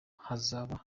hazaba